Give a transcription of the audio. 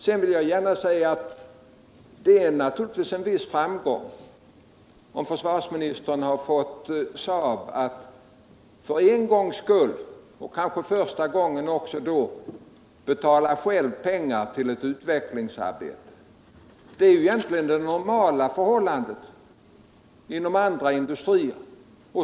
Jag vill gärna säga att det naturligtvis är en viss framgång, om försvarsministern har fått Saab att för en gångs skull — kanske för första gången — självt betala pengar till ett utvecklingsarbete. Det är egentligen det normala förhållandet inom andra industrier.